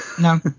No